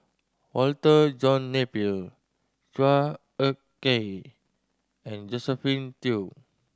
Walter John Napier Chua Ek Kay and Josephine Teo